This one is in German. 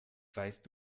weißt